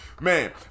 man